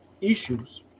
issues